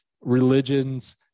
religions